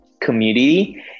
community